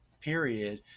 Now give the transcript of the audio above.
period